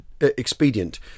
expedient